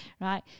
right